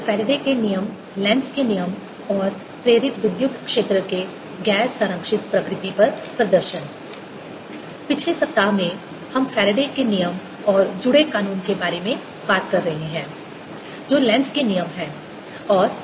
Faraday के नियम Lenz के नियम और प्रेरित विद्युत क्षेत्र के गैर संरक्षित प्रकृति पर प्रदर्शन पिछले सप्ताह में हम फैराडे के नियम Faraday's law और जुड़े कानून के बारे में बात कर रहे हैं जो लेंज़ के नियम Lenz's law है